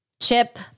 Chip